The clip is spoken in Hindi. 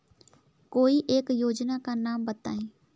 कोई एक योजना का नाम बताएँ?